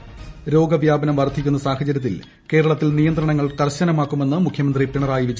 ന് രോഗവൃാപനം വർദ്ധിക്കുന്ന സാഹചരൃത്തിൽ കേരളത്തിൽ നിയന്ത്രണങ്ങൾ കർൾനമാക്കുമെന്ന് മുഖ്യമന്ത്രി പിണറായി വിജയൻ